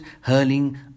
hurling